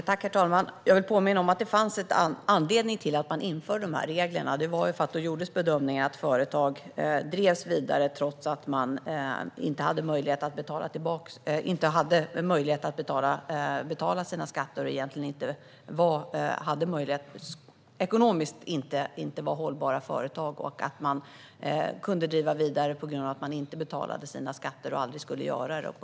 Herr talman! Jag vill påminna om att det fanns en anledning till att man införde dessa regler. Det var för att det gjordes en bedömning att företag drevs vidare trots att man inte hade möjlighet att betala sina skatter och att företagen därför egentligen inte var ekonomiskt hållbara. Genom att inte betala sina skatter, och heller inte ha någon avsikt att göra det, kunde man alltså driva ett företag vidare.